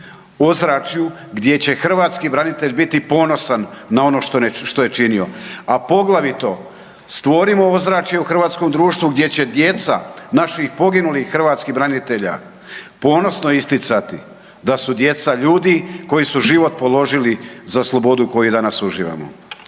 ozračju gdje će hrvatski branitelj biti ponosan na ono što je činio, a poglavito stvorimo ozračje u hrvatskom društvu gdje će djeca naših poginulih hrvatskih branitelja ponosno isticati da su djeca ljudi koji su život položili za slobodu koju danas uživamo.